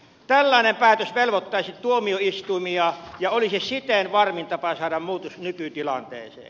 tällainen päätös velvoittaisi tuomioistuimia ja olisi siten varmin tapa saada muutos nykytilanteeseen